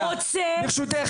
ברשותך דבי.